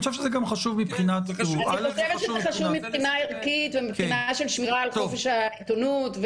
זה חשוב מבחינה ערכית ומבחינת שמירה על חופש העיתונות,